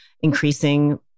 increasing